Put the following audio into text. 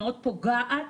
שמאוד פוגעת